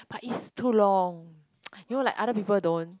but it's too long you know like other people don't